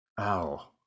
ow